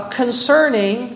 concerning